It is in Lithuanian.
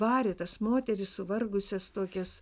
varė tas moteris suvargusias tokias